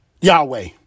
Yahweh